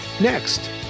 next